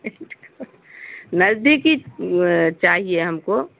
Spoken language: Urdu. نزدیکی چاہیے ہم کو